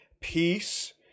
peace